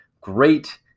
great